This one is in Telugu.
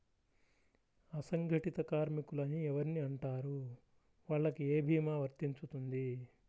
అసంగటిత కార్మికులు అని ఎవరిని అంటారు? వాళ్లకు ఏ భీమా వర్తించుతుంది?